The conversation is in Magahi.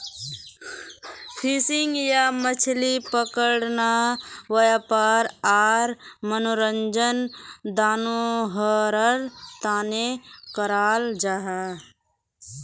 फिशिंग या मछली पकड़ना वयापार आर मनोरंजन दनोहरार तने कराल जाहा